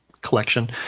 collection